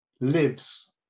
lives